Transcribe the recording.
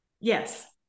Yes